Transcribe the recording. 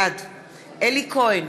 בעד אלי כהן,